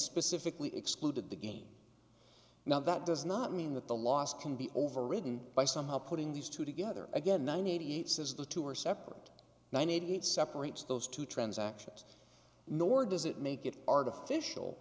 specifically excluded the gain now that does not mean that the loss can be overridden by somehow putting these two together again nine hundred eighty eight says the two are separate ninety eight separates those two transactions nor does it make it artificial